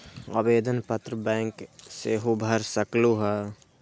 आवेदन पत्र बैंक सेहु भर सकलु ह?